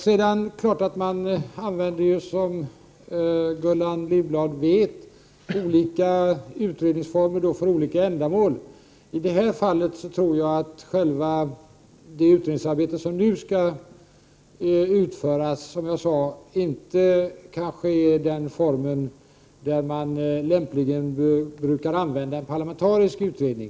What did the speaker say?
Det är klart att man, som Gullan Lindblad vet, använder olika utredningsformer för olika ändamål. I det här fallet tror jag att just det utredningsarbete som nu skall utföras kanske inte, som jag sade, är av den typ där man lämpligen använder sig av en parlamentarisk utredning.